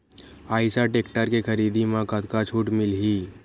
Eicher tractor के खरीदी म कतका छूट मिलही?